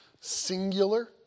singular